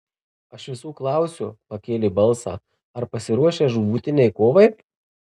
aš visų klausiu pakėlė balsą ar pasiruošę žūtbūtinei kovai